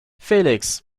felix